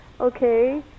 Okay